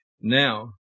now